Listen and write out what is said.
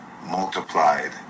multiplied